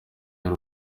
y’u